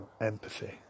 empathy